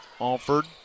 Alford